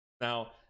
Now